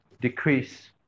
decrease